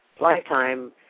lifetime